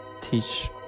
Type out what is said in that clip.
teach